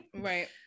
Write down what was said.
Right